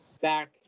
back